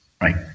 Right